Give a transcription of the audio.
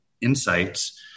insights